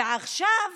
ועכשיו